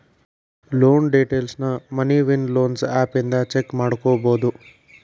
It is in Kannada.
ಲೋನ್ ಡೇಟೈಲ್ಸ್ನ ಮನಿ ವಿವ್ ಲೊನ್ಸ್ ಆಪ್ ಇಂದ ಚೆಕ್ ಮಾಡ್ಕೊಬೋದು